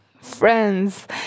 friends